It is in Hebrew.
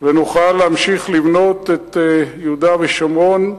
ונוכל להמשיך לבנות את יהודה ושומרון,